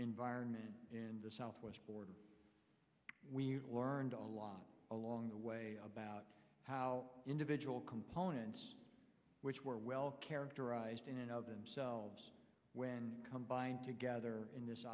environment in the southwest border we learned a lot along the way about how individual components which were well characterized in and of themselves combine together in this